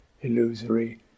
illusory